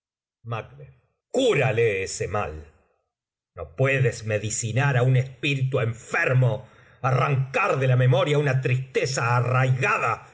cúrale ese mal no puedes medicinar á un espíritu enfermo arrancar de la memoria una tristeza arraigada